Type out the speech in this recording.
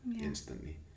instantly